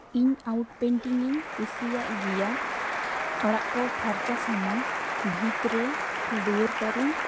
ᱤᱧ out painting ᱤᱧ ᱠᱩᱥᱤᱭᱟᱜ ᱜᱮᱭᱟ ᱚᱲᱟᱜ ᱠᱚ ᱯᱷᱟᱨᱪᱟ ᱥᱚᱢᱚᱭ ᱵᱷᱤᱛ ᱨᱮ ᱫᱩᱣᱟᱹᱨ ᱠᱚᱨᱮᱧ